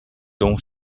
dont